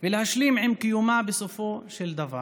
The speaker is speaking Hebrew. ולהשלים עם קיומה, בסופו של דבר.